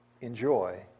enjoy